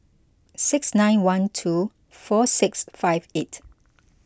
six nine one two four six five eight